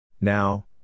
Now